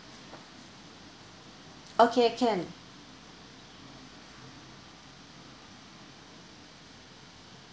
okay can